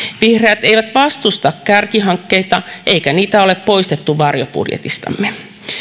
vihreät eivät vastusta kärkihankkeita eikä niitä ole poistettu varjobudjetistamme